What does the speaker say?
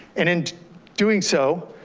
and in doing so,